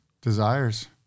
desires